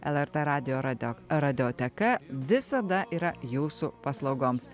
lrt radio radio radioteka visada yra jūsų paslaugoms